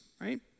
right